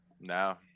No